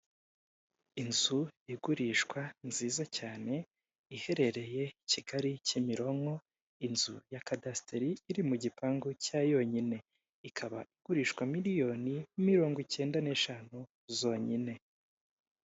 Inzu igurishwa nziza cyane iherereye kigali kimironko inzu ya kadasteri iri mu gipangu cya yonyine ikaba igurishwa miliyoni mirongo ikenda n'eshanu zonyine.